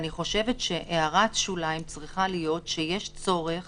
אני חושבת שצריכה להיות הערת שוליים שיש צורך